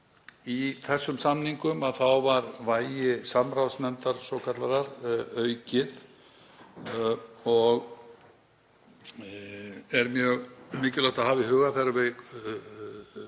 Í þessum samningum var vægi samráðsnefndar svokallaðrar aukið og er mjög mikilvægt að hafa í huga þegar við